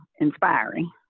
inspiring